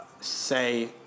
say